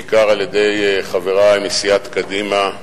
בעיקר על-ידי חברי מסיעת קדימה,